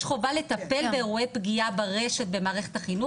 יש חובה לטפל באירועי פגיעה ברשת במערכת החינוך,